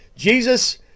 Jesus